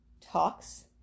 talks